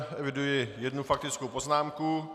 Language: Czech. Eviduji jednu faktickou poznámku.